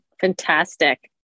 Fantastic